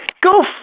go